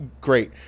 great